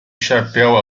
chapéu